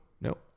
nope